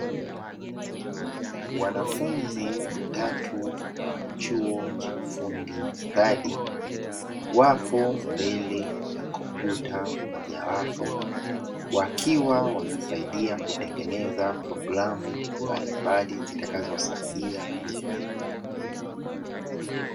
Wanafunzi watatu wa chuo cha ufundi stadi wapo mbele ya kompyuta mojawapo wakiwa wanasaidia kutengeneza programu mbalimbali zitakazowasaidia jamii.